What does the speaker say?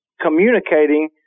communicating